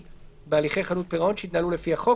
בהליכי חדלות פירעון שהתנהלו לפי החוק,